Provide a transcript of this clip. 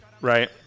right